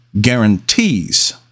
guarantees